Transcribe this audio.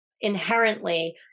inherently